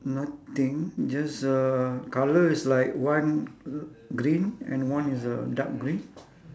nothing just uh colour is like one green and one is uh dark green